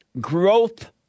Growth